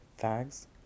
fags